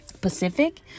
Pacific